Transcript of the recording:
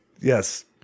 Yes